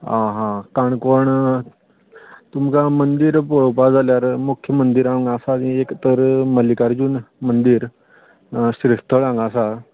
आं हां काणकोण तुमकां मंदीर पळोवपा जाल्यार मुख्य मंदीर हांगा आसा एक तर मल्लीकार्जून मंदीर श्रीस्थळ हांगा आसा